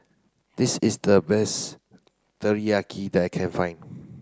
this is the best Teriyaki that I can find